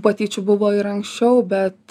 patyčių buvo ir anksčiau bet